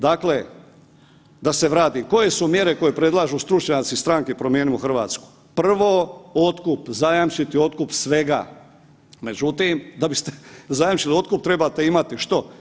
Dakle, da se vratim, koje su mjere koje predlažu stručnjaci stranke Promijenimo Hrvatsku, prvo, zajamčiti otkup svega, međutim da biste zajamčili otkup trebati imati što?